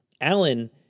Alan